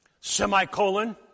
semicolon